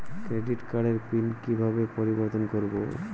Credit কার্ডের PIN কিভাবে পরিবর্তন করবো?